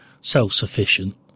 self-sufficient